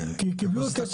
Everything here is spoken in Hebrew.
אין להם תכניות.